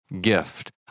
gift